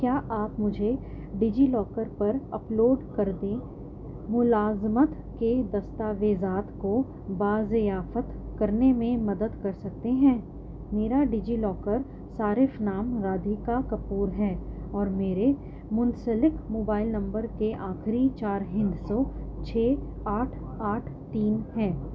کیا آپ مجھے ڈیجی لاکر پر اپلوڈ کردے ملازمت کے دستاویزات کو بازیافت کرنے میں مدد کر سکتے ہیں میرا ڈیجی لاکر صارف نام رادھیکا کپور ہے اور میرے منسلک مبائل نمبر کے آخری چار ہندسوں چھ آٹھ آٹھ تین ہے